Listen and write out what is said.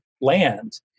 Land